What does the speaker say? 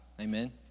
Amen